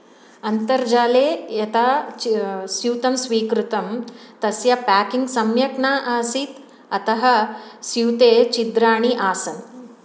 अन्तर्जाले यता स्यूतं स्वीकृतं तस्य पाकिंग् सम्यक् न आसीत् अतः स्यूते छिद्राणि आसन्